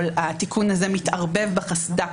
התיקון הזה מתערבב בחסד"פ,